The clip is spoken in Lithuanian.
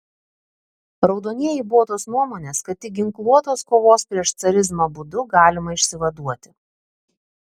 raudonieji buvo tos nuomonės kad tik ginkluotos kovos prieš carizmą būdu galima išsivaduoti